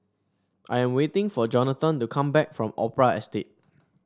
I am waiting for Johnathan to come back from Opera Estate